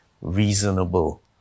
reasonable